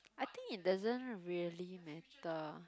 I think it doesn't really matter